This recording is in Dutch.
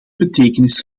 betekenis